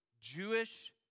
Jewish